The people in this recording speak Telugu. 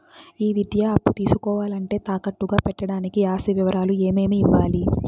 ఈ విద్యా అప్పు తీసుకోవాలంటే తాకట్టు గా పెట్టడానికి ఆస్తి వివరాలు ఏమేమి ఇవ్వాలి?